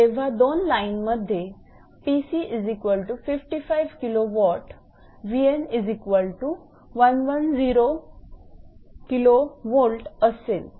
जेव्हा दोन लाईनमध्ये 𝑃𝑐55 𝑘𝑊 𝑉𝑛110 𝑘𝑉 असेल